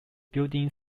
building